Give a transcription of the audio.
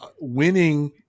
Winning